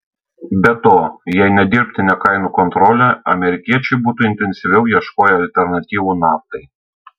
be to jei ne dirbtinė kainų kontrolė amerikiečiai būtų intensyviau ieškoję alternatyvų naftai